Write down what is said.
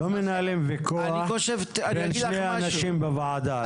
לא מנהלים ויכוח בין שני אנשים בוועדה.